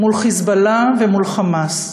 מול "חיזבאללה" ומול "חמאס"